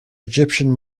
egyptian